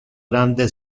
grande